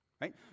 right